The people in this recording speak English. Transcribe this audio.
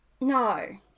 no